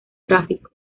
tráfico